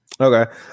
Okay